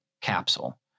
capsule